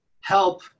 help